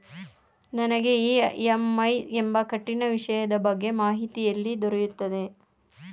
ನನಗೆ ಇ.ಎಂ.ಐ ಎಂಬ ಕಠಿಣ ವಿಷಯದ ಬಗ್ಗೆ ಮಾಹಿತಿ ಎಲ್ಲಿ ದೊರೆಯುತ್ತದೆಯೇ?